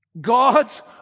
God's